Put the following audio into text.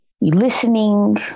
listening